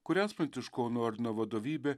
kurias pranciškonų ordino vadovybė